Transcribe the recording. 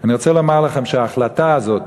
אני רוצה לומר לכם שההחלטה הזאת,